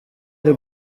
ari